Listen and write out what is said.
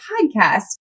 podcast